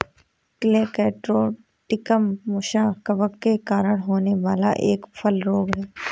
colletotrichum मुसा कवक के कारण होने वाला एक फल रोग है